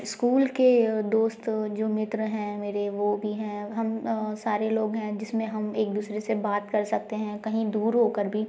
school के दोस्त जो मित्र हैं मेरे वो भी हैं हम सारे लोग हैं जिसमें हम एक दूसरे से बात कर सकते हैं कहीं दूर होकर भी